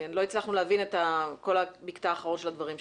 לא הצלחנו להבין את כל המקטע האחרון של הדברים שלך.